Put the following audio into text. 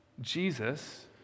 Jesus